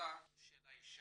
יהדותה של האישה.